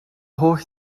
holl